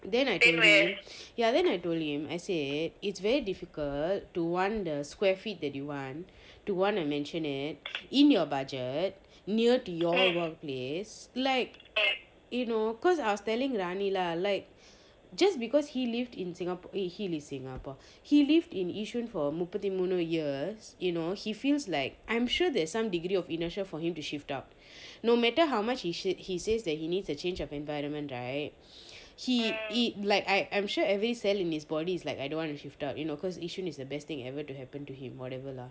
then I told him ya then I told him I say it's very difficult to want the square feet that you want to want a mansion in your budget near to your workplace like you know cause I was telling rammy lah like just because he lived in singap~ eh he lived in singapore he lived in yishun for முப்பத்திமூணு:muppatthimoonu years you know he feels like I'm sure there's some degree of initial for him to shift up no matter how much he sa~ he says that he needs a change of environment right he eat like I I'm sure every cell in his body is like I don't want to shift out you know cause yishun is the best thing ever to happen to him whatever lah